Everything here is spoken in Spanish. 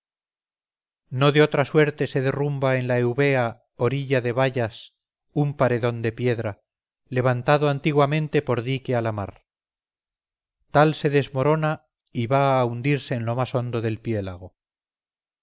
no de otra suerte se derrumba en la eubea orilla de bayas un paredón de piedra levantado antiguamente por dique a la mar tal se desmorona y va a hundirse en lo más hondo del piélago